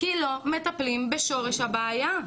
כי לא מטפלים בשורש הבעיה.